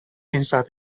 inside